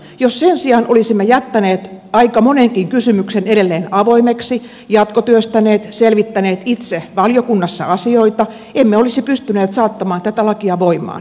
jos sen sijaan olisimme jättäneet aika monenkin kysymyksen edelleen avoimeksi jatkotyöstäneet selvittäneet itse valiokunnassa asioita emme olisi pystyneet saattamaan tätä lakia voimaan